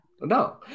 No